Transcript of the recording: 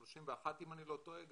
ב-31, אם אני לא טועה.